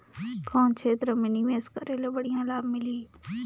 कौन क्षेत्र मे निवेश करे ले बढ़िया लाभ मिलही?